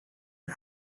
are